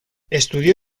estudió